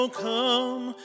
come